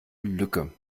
lücke